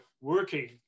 working